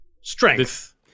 Strength